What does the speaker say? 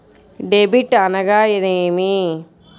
Debit అనగానేమి?